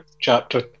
chapter